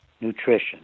nutrition